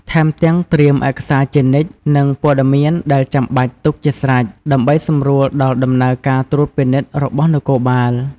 ថែមទាំងត្រៀមឯកសារជានិច្ច និងព័ត៌មានដែលចាំបាច់ទុកជាស្រេច ដើម្បីសម្រួលដល់ដំណើរការត្រួតពិនិត្យរបស់នគរបាល។